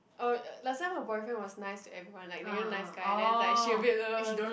oh last time her boyfriend was nice to everyone like you know nice guy then is like she a bit !ugh!